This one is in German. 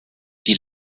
die